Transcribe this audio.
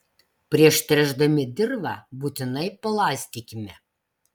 prieš tręšdami dirvą būtinai palaistykime